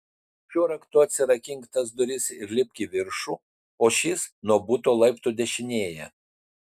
šiuo raktu atsirakink tas duris ir lipk į viršų o šis nuo buto laiptų dešinėje